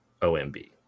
OMB